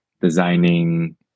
designing